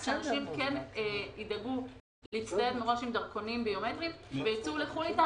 כדי שאנשים ידאגו להצטייד מראש בדרכונים ביומטריים וייצאו איתם